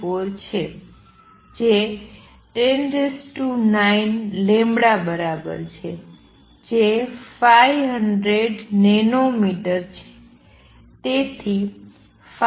જે 109 બરાબર છે જે 500 નેનો મીટર છે